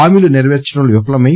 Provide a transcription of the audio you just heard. హామీలు నెరపేర్చడంలో విఫలమై